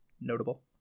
notable